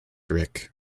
rick